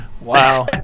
Wow